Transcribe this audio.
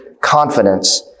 confidence